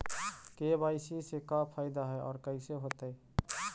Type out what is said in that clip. KYC से का फायदा है और कैसे होतै?